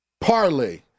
parlay